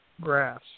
grass